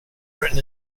written